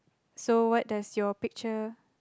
so what does your picture